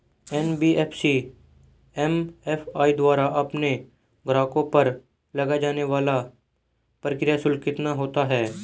NBFC MFI द्वारा अपने ग्राहकों पर लगाए जाने वाला प्रक्रिया शुल्क कितना होता है?